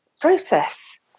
process